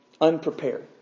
unprepared